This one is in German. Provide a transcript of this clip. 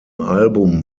album